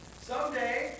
Someday